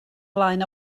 flaen